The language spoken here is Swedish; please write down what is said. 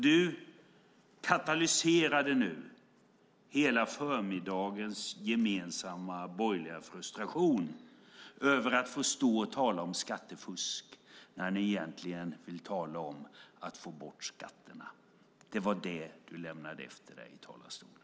Du katalyserade nu hela förmiddagens gemensamma borgerliga frustration över att få stå och tala om skattefusk när ni egentligen vill tala om att få bort skatterna. Det var vad du lämnade efter dig i talarstolen.